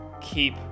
keep